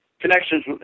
connections